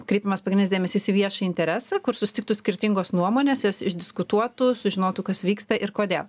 kreipiamas dėmesys į viešą interesą kur susitiktų skirtingos nuomonės jos išdiskutuotų sužinotų kas vyksta ir kodėl